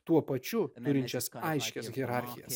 tuo pačiu turinčias aiškias hierarchijas